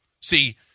See